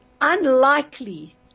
unlikely